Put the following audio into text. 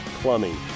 Plumbing